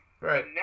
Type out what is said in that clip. Right